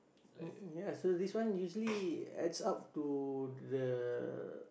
ya ya so this one usually adds up to the